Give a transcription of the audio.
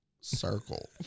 Circle